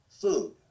food